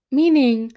meaning